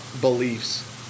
beliefs